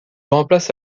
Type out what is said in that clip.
remplace